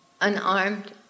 unarmed